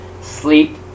Sleep